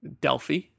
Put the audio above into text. Delphi